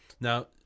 Now